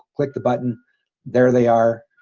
click the button there they are